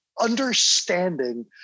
understanding